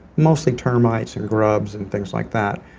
mostly termites and grubs and things like that.